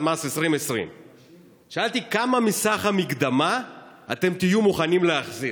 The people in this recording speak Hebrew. מס 2020. שאלתי: כמה מסך המקדמה אתם תהיו מוכנים להחזיר?